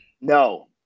no